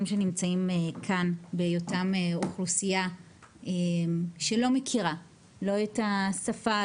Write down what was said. שנמצאים כאן בהיותם אוכלוסייה שלא מכירה את השפה,